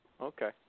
Okay